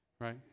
right